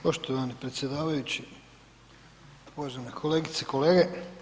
Poštovani predsjedavajući, uvažene kolegice i kolege.